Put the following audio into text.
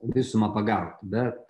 visumą pagaut bet